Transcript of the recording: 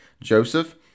Joseph